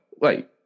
wait